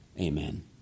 Amen